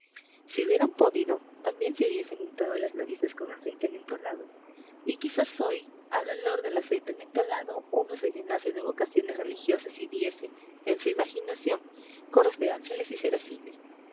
si hubieran podido también se hubiesen untado las narices con aceite mentolado y quizás hoy al olor del aceite mentolado uno se llenase de evocaciones religiosas y viese en su imaginación coros de ángeles y serafines